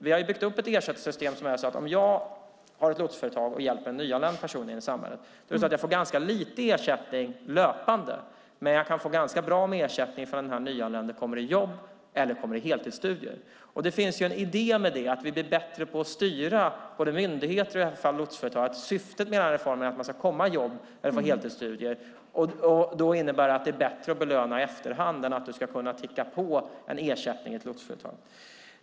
Vi har byggt upp ett ersättningssystem som innebär att om jag har ett lotsföretag och hjälper en nyanländ person in i samhället får jag ganska lite i löpande ersättning, men jag kan få ganska bra ersättning om den här nyanlända kommer i jobb eller i heltidsstudier. Det finns en idé med det. Vi ska bli bättre på att styra både myndigheter och lotsföretag. Syftet med hela reformen är att man ska komma i jobb eller heltidsstudier. Det innebär att det är bättre att belöna i efterhand än att ersättningen ska kunna ticka på i ett lotsföretag.